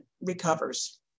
recovers